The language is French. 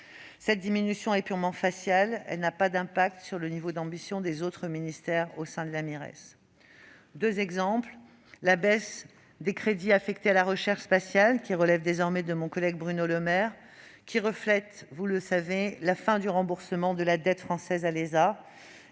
Cette diminution, purement faciale, n'a aucun impact sur le niveau d'ambition des autres ministères au sein de la Mires. En particulier, la baisse des crédits affectés à la recherche spatiale, qui relèvent désormais du ministère de mon collègue Bruno Le Maire, reflète essentiellement la fin du remboursement de la dette française à l'ESA